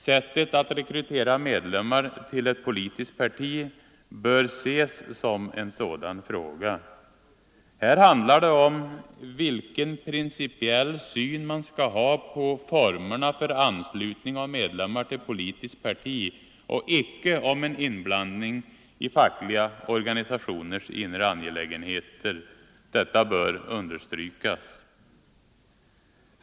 Sättet att rekrytera medlemmar till ett politiskt parti bör ses som en sådan fråga. Här handlar det om vilken principiell syn man skall ha på formerna för anslutning av medlemmar till politiskt parti, icke om en inblandning i fackliga organisationers inre angelägenheter. Detta bör understrykas.